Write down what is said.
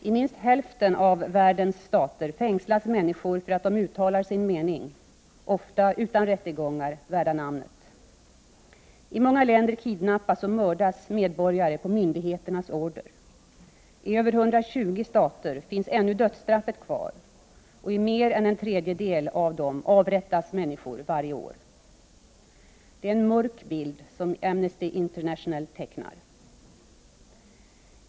I minst hälften av världens stater fängslas människor för att de uttalar sin mening — ofta utan rättegångar värda namnet. I många länder kidnappas och mördas medborgare på myndigheternas order. IT över 120 stater finns dödsstraffet ännu kvar — och i mer än en tredjedel av dem avrättas människor varje år. Det är en mörk bild som Amnesty International tecknar.